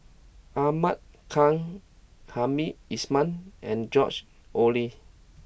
Ahmad Khan Hamed Ismail and George Oehlers